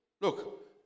look